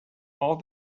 all